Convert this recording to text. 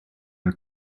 are